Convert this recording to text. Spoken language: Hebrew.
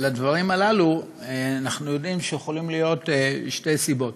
לדברים הללו אנחנו יודעים שיכולות להיות שתי סיבות: